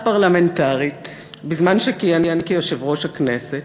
פרלמנטרית בזמן שכיהן כיושב-ראש הכנסת.